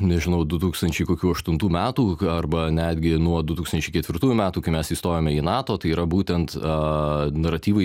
nežinau du tūkstančiai kokių aštuntų metų arba netgi nuo du tūkstančiai ketvirtųjų metų kai mes įstojome į nato tai yra būtent a naratyvui